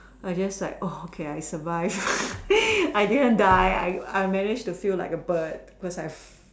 I just like oh okay I survived I didn't die I managed to feel like a bird cause I